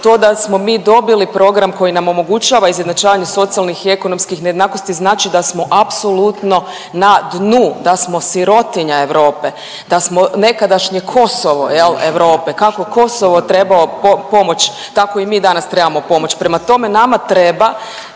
to da smo mi dobili program koji nam omogućava izjednačavanje socijalnih i ekonomskih nejednakosti, znači da smo apsolutno na dnu, da smo sirotinja Europe, da smo nekadašnje Kosovo, je li, Europe, kako Kosovo trebao pomoć, tako i mi danas trebamo pomoć. Prema tome nama treba